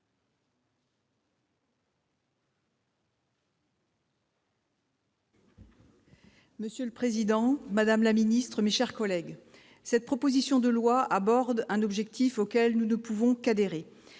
Monsieur le président, madame la ministre, mes chers collègues, cette proposition de loi aborde un objectif auquel nous ne pouvons qu'adhérer